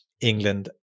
England